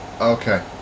Okay